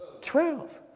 Twelve